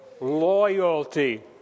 loyalty